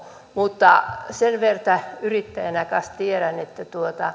mutta sen verran yrittäjänä kanssa tiedän että